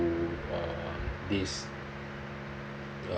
to uh this uh